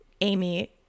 Amy